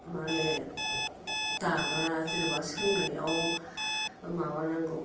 माहोनो दाग्रा जेन'बा सोंनायाव माबानांगौ